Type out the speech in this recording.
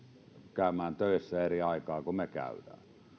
käymään töissä eri aikaan kuin me käymme